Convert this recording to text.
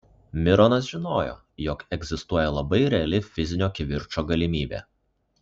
mironas žinojo jog egzistuoja labai reali fizinio kivirčo galimybė